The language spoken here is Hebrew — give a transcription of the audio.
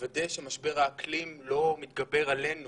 לוודא שמשבר האקלים לא מתגבר עלינו